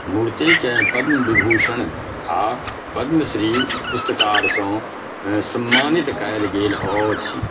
मूर्तिके पद्म विभूषण आ पद्मश्री पुरस्कारसँ सम्मानित कएल गेल अछि